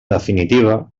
definitiva